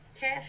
Cash